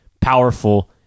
powerful